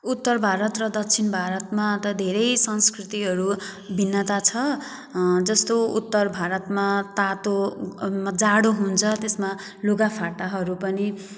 उत्तर भारत र दक्षिण भारतमा त धेरै संस्कृतिहरू भिन्नता छ जस्तो उत्तर भारतमा तातो जाडो हुन्छ त्यसमा लुगाफाटाहरू पनि